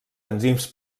enzims